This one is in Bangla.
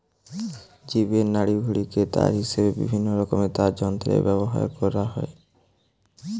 জীবের নাড়িভুঁড়িকে তার হিসাবে বিভিন্নরকমের তারযন্ত্রে ব্যাভার কোরা হয়